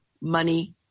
money